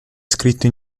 scritto